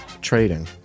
trading